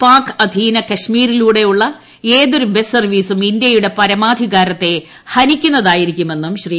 പാക് അധീന കശ്മീരിലൂടെയുള്ള ഏതൊരു ബസ്റ്റ് സർവ്വീസും ഇന്ത്യയുടെ പരമാധികാരത്തെ ഹനിക്കുന്നതായിരിക്കുമെന്നും ശ്രീ